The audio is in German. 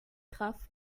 kraft